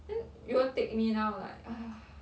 then you want take me now like ah